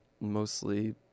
mostly